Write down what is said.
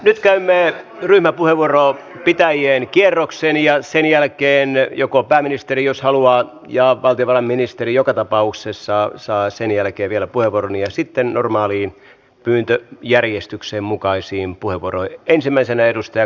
nyt käymme ryhmäpuheenvuoron pitäjien kierroksen ja sen jälkeen pääministeri jos haluaa ja valtiovarainministeri joka tapauksessa saa sen jälkeen vielä puheenvuoron ja sitten normaaleihin pyyntöjärjestyksen mukaisiin puheenvuoroihin